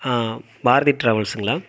ஆ பாரதி ட்ராவல்ஸுங்களா